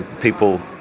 people